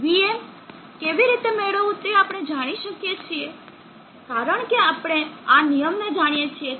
vm કેવી રીતે મેળવવું તે આપણે જાણીએ છીએ કારણ કે આપણે આ નિયમ જાણીએ છીએ